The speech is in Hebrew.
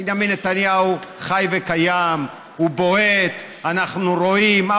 בנימין נתניהו חי וקיים, הוא בועט, אנחנו רואים.